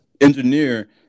engineer